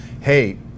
hey